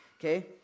okay